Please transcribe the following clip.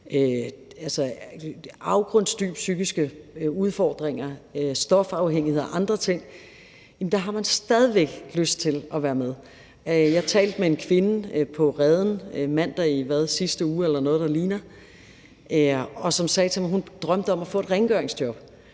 afgrundsdybe psykiske udfordringer, stofafhængighed og andre ting, og de har stadig væk lyst til at være med. Jeg talte med en kvinde på Reden mandag i sidste uge eller noget, der ligner, som sagde til mig, at hun drømte om at få et rengøringsjob.